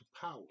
power